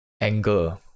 anger